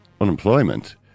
unemployment